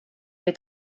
või